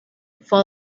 for